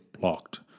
blocked